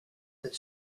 that